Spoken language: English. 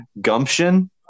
gumption